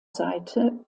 seite